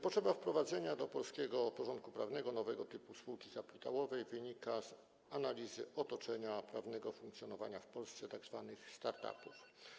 Potrzeba wprowadzenia do polskiego porządku prawnego nowego typu spółki kapitałowej wynika z analizy otoczenia prawnego i funkcjonowania w Polsce tzw. start-upów.